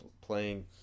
playing